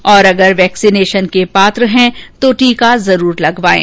और अगर वैक्सीनेशन के पात्र है तो टीका जरूर लगवाएं